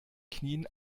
knien